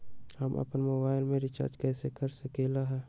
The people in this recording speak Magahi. हम अपन मोबाइल में रिचार्ज कैसे कर सकली ह?